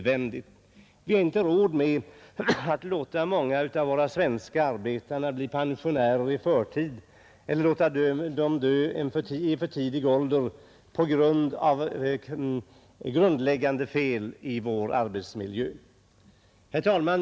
Vi har inte råd med att låta många svenska arbetare bli pensionärer i förtid eller låta dem dö en för tidig död beroende på grundläggande fel i vår arbetsmiljö. Herr talman!